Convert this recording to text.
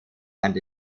and